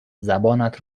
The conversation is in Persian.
زبانت